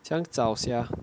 想找 sia